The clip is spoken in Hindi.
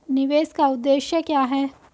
निवेश का उद्देश्य क्या है?